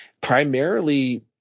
Primarily